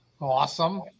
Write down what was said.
Awesome